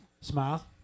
smile